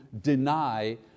deny